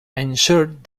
ensured